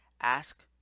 ask